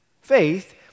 Faith